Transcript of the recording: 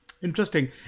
interesting